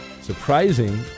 Surprising